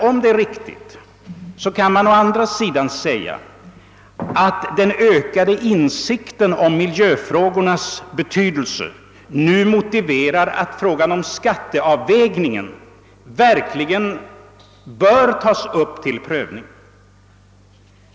Om det emellertid är riktigt, bör den ökade insikten om miljöfrågornas betydelse nu motivera att frågan om skatteavvägningen verkligen bör tas upp till prövning.